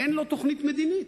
אין לו תוכנית מדינית.